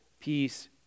peace